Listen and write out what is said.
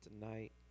tonight